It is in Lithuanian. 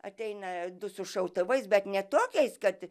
ateina du su šautuvais bet ne tokiais kad